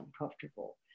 uncomfortable